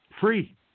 free